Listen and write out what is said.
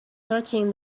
searching